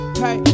hey